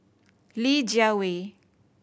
Li Jiawei